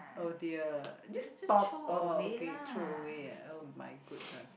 oh dear this stop uh okay throw away ah [oh]-my-goodness